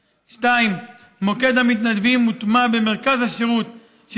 2. מוקד המתנדבים הוטמע במרכז השירות של